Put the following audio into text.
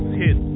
hit